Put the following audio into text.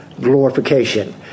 glorification